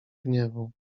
gniewu